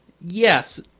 Yes